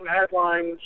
headlines